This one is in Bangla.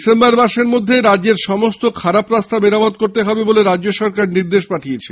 ডিসেম্বর মাসের মধ্যে রাজ্যের সমস্ত খারাপ রাস্তা মেরামত করতে হবে বলে রাজ্য সরকার নির্দেশ দিয়েছে